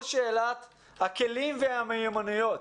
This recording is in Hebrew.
כל שאלת הכלים והמיומנויות,